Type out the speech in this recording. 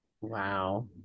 Wow